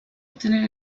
obtener